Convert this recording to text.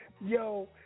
Yo